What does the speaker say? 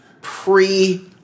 pre